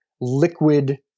liquid